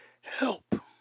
Help